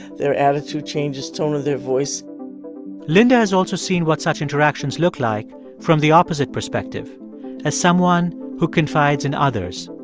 their attitude changes, tone of their voice linda has also seen what such interactions look like from the opposite perspective as someone who confides in others.